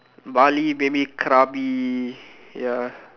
Bali maybe Krabi ya